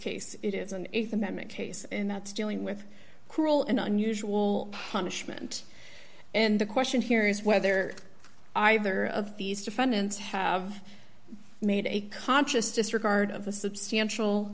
case it is an amendment case and that's dealing with cruel and unusual punishment and the question here is whether either of these defendants have made a conscious disregard of the substantial